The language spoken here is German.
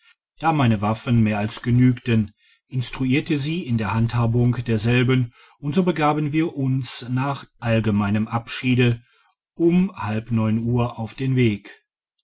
da meine waffen mehr als genügten instruierte sie in der handhabung derselben und so begaben wir uns nach allgemeinem abschiede um halb neun uhr auf den weg